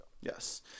Yes